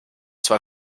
zwar